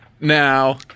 Now